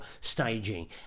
staging